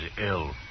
ill